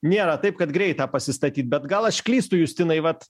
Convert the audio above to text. nėra taip kad greitą pasistatyt bet gal aš klystu justinai vat